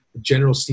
General